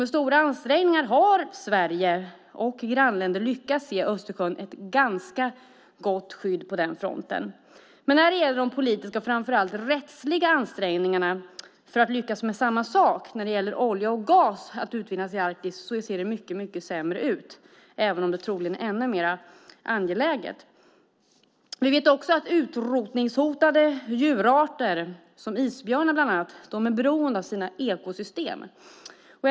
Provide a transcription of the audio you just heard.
Med stora ansträngningar har Sverige med grannländer lyckats ge Östersjön ett ganska gott skydd. De politiska och framför allt rättsliga förutsättningarna för att lyckas med detsamma när det gäller olje och gasutvinning i Arktis är dessvärre sämre, även om det troligen är ännu mer angeläget. Utrotningshotade arter är beroende av sina ekosystem. Det gäller till exempel isbjörnen.